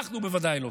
אנחנו, בוודאי לא.